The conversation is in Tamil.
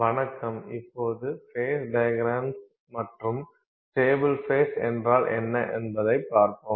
வணக்கம் இப்போது ஃபேஸ் டையக்ரம்ஸ் மற்றும் ஸ்டேபில் ஃபேஸ் என்றால் என்ன என்பதைப் பார்ப்போம்